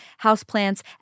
houseplants